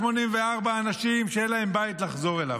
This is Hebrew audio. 61,184 אנשים שאין להם בית לחזור אליו,